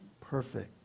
perfect